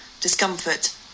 discomfort